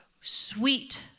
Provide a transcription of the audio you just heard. sweet